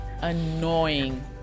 annoying